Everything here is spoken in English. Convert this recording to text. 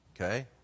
okay